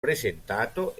presentato